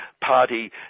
party